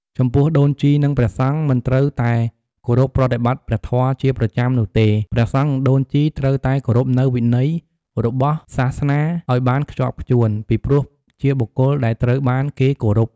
ចំពោះដូនជីនិងព្រះសង្ឃមិនត្រូវតែគោរពប្រតិបតិ្តព្រះធម៌ជាប្រចាំនោះទេ ព្រះសង្ឍនិងដូនជីត្រូវតែគោរពនូវវិន័យរបស់សាសនាអោយបានខ្ជាប់ខ្ជួន ពីព្រោះជាបុគ្គលដែលត្រូវបានគេគោរព។